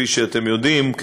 כפי שאתם יודעים,